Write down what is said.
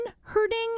hurting